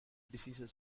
diseases